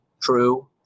true